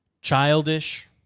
childish